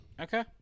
Okay